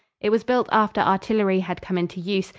it was built after artillery had come into use,